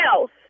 else